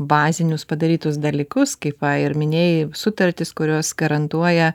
bazinius padarytus dalykus kaip va ir minėjai sutartis kurios garantuoja